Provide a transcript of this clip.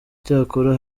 cyakora